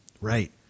Right